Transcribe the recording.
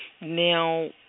Now